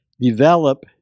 develop